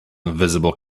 invisible